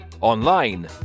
online